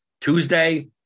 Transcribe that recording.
Tuesday